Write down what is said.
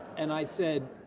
and i said,